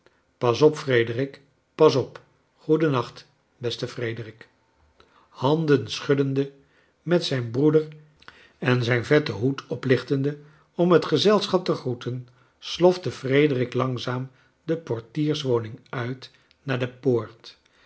pas op frederick pas op g-oeden nacht beste frederick handen schuddende met zijn broeder en zijn vetten hoed oplichteade om het gezelschap te groeten slofte frederick langzaam de portierswoning uit naar de poort